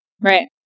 right